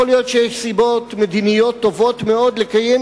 יכול להיות שיש סיבות מדיניות טובות מאוד לקיים